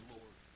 Lord